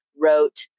wrote